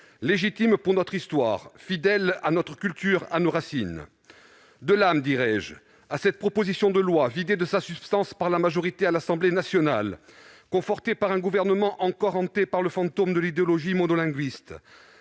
légitime pour notre histoire, fidèle à notre culture, à nos racines. Vous avez même redonné de l'âme, dirais-je, à cette proposition de loi vidée de sa substance par la majorité des députés, confortée par un gouvernement encore hanté par le fantôme de l'idéologie monolinguiste,